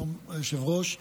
כבוד היושב-ראש,